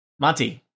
Monty